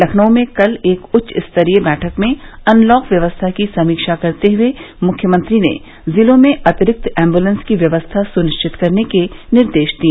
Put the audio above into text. लखनऊ में कल एक उच्च स्तरीय बैठक में अनलॉक व्यवस्था की समीक्षा करते हुए मुख्यमंत्री ने जिलों में अतिरिक्त एम्बुलेंस की व्यवस्था सुनिश्चित करने के निर्देश दिए